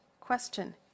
Question